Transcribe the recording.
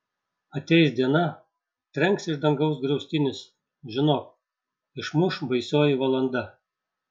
ateis diena trenks iš dangaus griaustinis žinok išmuš baisioji valanda